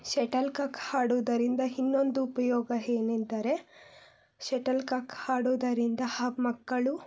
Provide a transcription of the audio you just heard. shuttle cock ಆಡುವುದರಿಂದ ಇನ್ನೊಂದು ಉಪಯೋಗ ಏನೆಂದರೆ ಶಟಲ್ ಕಾಕ್ ಆಡುವುದರಿಂದ ಆ ಮಕ್ಕಳು